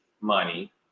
money